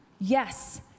yes